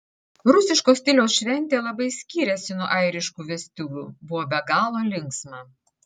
rusiško stiliaus šventė labai skyrėsi nuo airiškų vestuvių buvo be galo linksma